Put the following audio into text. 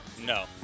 No